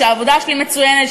שהעבודה שלי מצוינת,